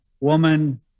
woman